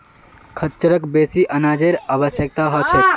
खच्चरक बेसी अनाजेर आवश्यकता ह छेक